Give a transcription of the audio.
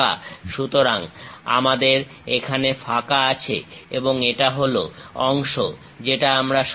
সুতরাং আমাদের এখানে ফাঁকা আছে এবং এটা হল অংশ যেটা আমরা সরাচ্ছি